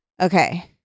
Okay